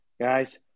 guys